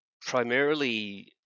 primarily